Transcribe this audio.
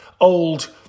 old